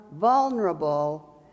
vulnerable